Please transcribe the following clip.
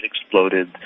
exploded